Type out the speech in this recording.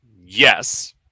yes